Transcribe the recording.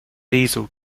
diesel